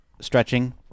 stretching